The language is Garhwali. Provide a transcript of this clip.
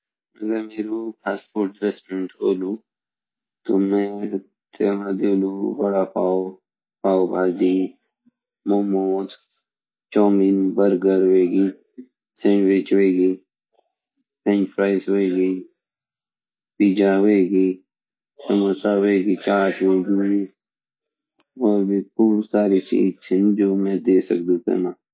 अगर मेरु फ़ास्ट फ़ूड रेस्टुरेंट होलु तो मे तेमा देलु वडापाव पावभाजी मोमो चाऊमीन बर्गर होएगी सैंडविच होएगी French fries veggie pizza veggie samosa veggie chaat veggie और भी भोत सारी चीज़े छिन जु मै दे सकदु छू